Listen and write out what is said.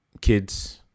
kids